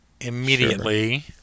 immediately